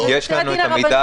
יש לנו את המידע.